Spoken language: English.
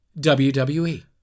WWE